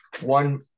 one